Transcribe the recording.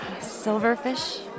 Silverfish